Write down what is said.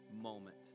moment